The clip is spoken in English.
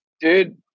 Dude